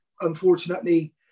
Unfortunately